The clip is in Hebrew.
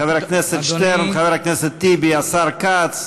חבר הכנסת שטרן, חבר הכנסת טיבי, השר כץ,